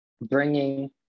bringing